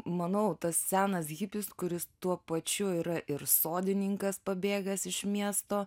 manau tas senas hipis kuris tuo pačiu yra ir sodininkas pabėgęs iš miesto